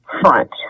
front